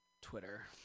Twitter